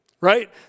right